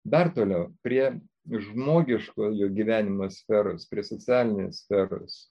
dar toliau prie žmogiškojo gyvenimo sferos prie socialinės sferos